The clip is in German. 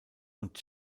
und